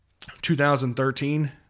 2013